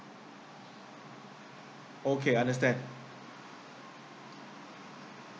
okay understand